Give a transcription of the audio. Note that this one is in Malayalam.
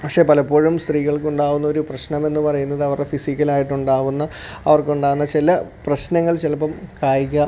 പക്ഷേ പലപ്പോഴും സ്ത്രീകൾക്കുണ്ടാകുന്നൊരു പ്രശ്നമെന്നു പറയുന്നതു വരെ ഫിസിക്കലായിട്ടുണ്ടാകുന്ന അവർക്കുണ്ടാകുന്ന ചില പ്രശ്നങ്ങൾ ചിലപ്പം കായിക